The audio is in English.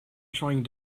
trying